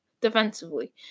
defensively